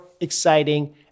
exciting